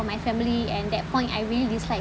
my family and that point I really dislike